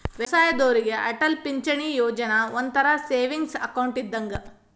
ವಯ್ಯಸ್ಸಾದೋರಿಗೆ ಅಟಲ್ ಪಿಂಚಣಿ ಯೋಜನಾ ಒಂಥರಾ ಸೇವಿಂಗ್ಸ್ ಅಕೌಂಟ್ ಇದ್ದಂಗ